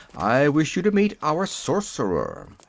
i wish you to meet our sorcerer.